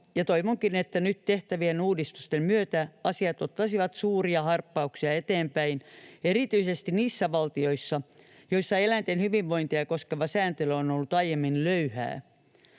toivonkin, että nyt tehtävien uudistusten myötä asiat ottaisivat suuria harppauksia eteenpäin erityisesti niissä valtioissa, joissa eläinten hyvinvointia koskeva sääntely on ollut aiemmin löyhää.